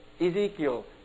Ezekiel